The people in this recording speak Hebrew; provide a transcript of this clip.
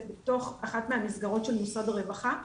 בתוך אחת מהמסגרות של משרד הרווחה,